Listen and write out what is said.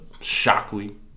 Shockley